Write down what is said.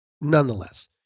nonetheless